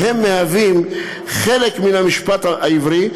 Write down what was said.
והם מהווים חלק מן המשפט העברי,